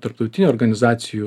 tarptautinių organizacijų